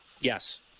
Yes